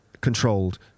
controlled